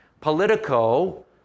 Politico